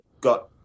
got